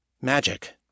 Magic